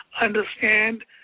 understand